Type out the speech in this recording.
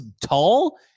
tall